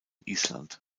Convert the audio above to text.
island